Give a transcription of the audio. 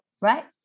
right